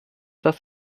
das